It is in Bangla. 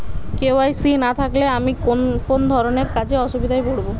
কে.ওয়াই.সি না থাকলে আমি কোন কোন ধরনের কাজে অসুবিধায় পড়ব?